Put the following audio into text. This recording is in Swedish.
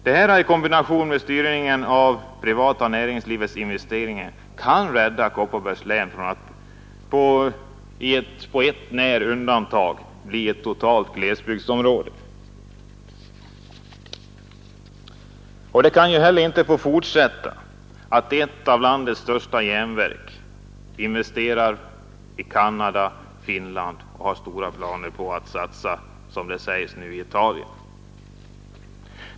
Detta i kombination med styrningen av det privata näringslivets investeringar kan rädda Kopparbergs län från att på ett undantag när bli ett totalt glesbygdsområde. Det kan inte heller få fortsätta att ett av landets största järnverk investerar i Canada och Finland och nu har stora planer på att satsa — som det sägs — i Italien.